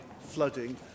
flooding